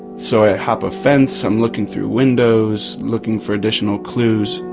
so i hop a fence, i'm looking through windows, looking for additional clues.